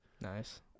Nice